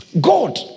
God